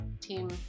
team